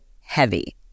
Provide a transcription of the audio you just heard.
heavy